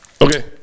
Okay